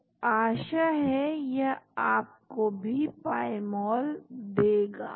तो आशा है कि यह आपको भी पाई मॉल देगा